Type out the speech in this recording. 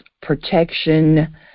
protection